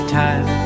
time